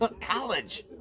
college